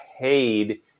paid